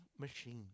machine